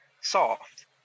soft